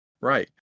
Right